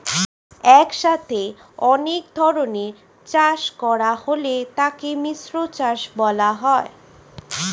একসাথে অনেক ধরনের চাষ করা হলে তাকে মিশ্র চাষ বলা হয়